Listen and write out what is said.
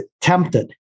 tempted